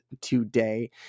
today